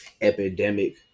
epidemic